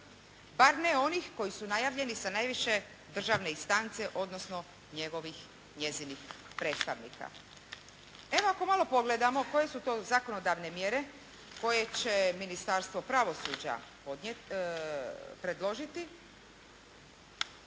Bar ne onih koji su najavljeni sa najviše državne instance odnosno njegovih, njezinih predstavnika. Evo ako malo pogledamo koje su to zakonodavne mjere koje će Ministarstvo pravosuđa predložiti